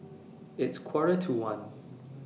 its Quarter to one